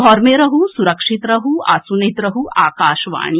घर मे रहू सुरक्षित रहू आ सुनैत रहू आकाशवाणी